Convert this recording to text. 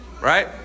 Right